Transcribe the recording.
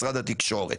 משרד התקשורת.